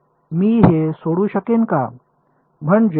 मी हे सोडवू शकेन का